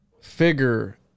figure